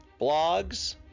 blogs